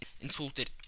insulted